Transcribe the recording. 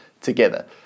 together